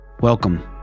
Welcome